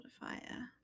modifier